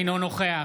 אינו נוכח